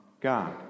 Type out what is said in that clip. God